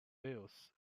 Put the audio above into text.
wales